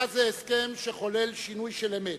היה זה הסכם שחולל שינוי של אמת,